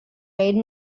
made